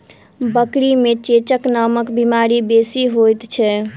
बकरी मे चेचक नामक बीमारी बेसी होइत छै